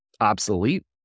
obsolete